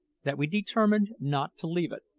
that we determined not to leave it,